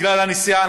בגלל הנסיעה.